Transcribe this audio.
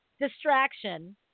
Distraction